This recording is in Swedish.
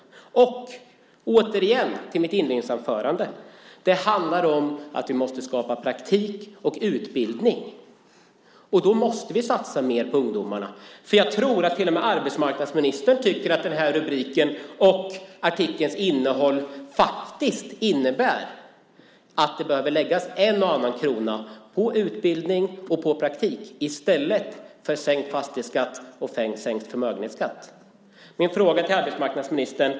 Som jag sade i mitt inledningsanförande handlar det om att vi måste skapa praktikplatser och utbildningsplatser. Och då måste vi satsa mer på ungdomarna. Jag tror nämligen att till och med arbetsmarknadsministern tycker att den här rubriken och artikelns innehåll faktiskt innebär att man behöver lägga en och annan krona på utbildning och praktik i stället för att sänka fastighetsskatten och förmögenhetsskatten. Jag har en fråga till arbetsmarknadsministern.